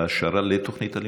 העשרה לתוכנית הלימודים?